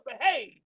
behave